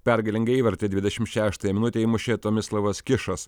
pergalingą įvartį dvidešim šeštąją minutę įmušė tomislavas kišas